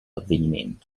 avvenimento